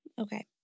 Okay